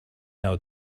out